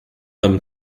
them